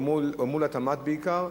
או מול התמ"ת בעיקר.